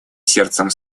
сердцем